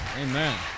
Amen